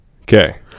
Okay